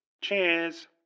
Cheers